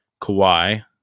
Kawhi